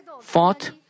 fought